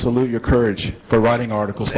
salute your courage for writing articles